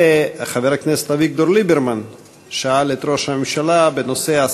וחבר הכנסת אביגדור ליברמן שאל את ראש הממשלה בנושא: